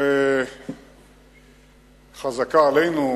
חזקה עלינו,